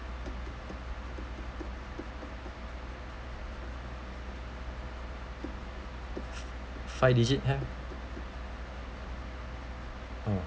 five digit have oh